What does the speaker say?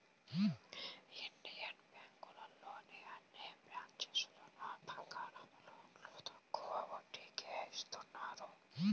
Indian బ్యేంకులోని అన్ని బ్రాంచీల్లోనూ బంగారం లోన్లు తక్కువ వడ్డీకే ఇత్తన్నారు